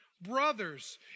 brothers